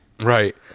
Right